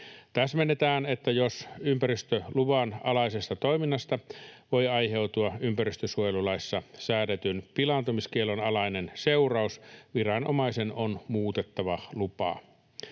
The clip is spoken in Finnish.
Täsmennetään, että jos ympäristöluvan alaisesta toiminnasta voi aiheutua ympäristönsuojelulaissa säädetyn pilaantumiskiellon alainen seuraus, viranomaisen on muutettava lupaa.